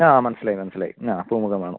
ആ മനസ്സിലായി മനസ്സിലായി ആ പൂമുഖം വേണം